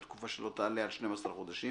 לתקופה שלא תעלה על 12 חודשים,